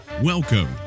welcome